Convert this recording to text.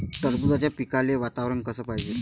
टरबूजाच्या पिकाले वातावरन कस पायजे?